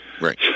right